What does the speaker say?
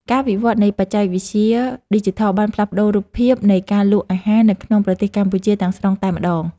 ការវិវត្តនៃបច្ចេកវិទ្យាឌីជីថលបានផ្លាស់ប្តូររូបភាពនៃការលក់អាហារនៅក្នុងប្រទេសកម្ពុជាទាំងស្រុងតែម្តង។